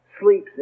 sleeps